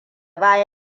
baya